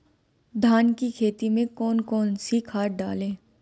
धान की खेती में कौन कौन सी खाद डालें?